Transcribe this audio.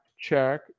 check